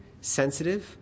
sensitive